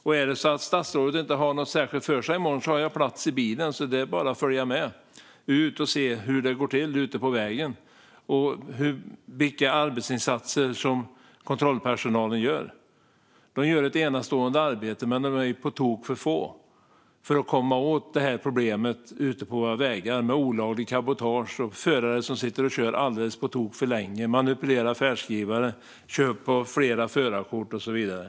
Om statsrådet inte har något särskilt för sig i morgon har jag plats i bilen - det är bara att följa med ut och se hur det går till ute på vägen och vilka arbetsinsatser kontrollpersonalen gör. De gör ett enastående arbete, men de är på tok för få för att komma åt problemen ute på våra vägar med olagligt cabotage och förare som kör alldeles på tok för länge, manipulerar färdskrivare, kör på flera förarkort och så vidare.